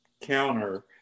counter